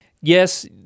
Yes